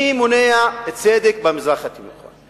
מי מונע צדק במזרח התיכון?